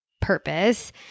purpose